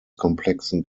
komplexen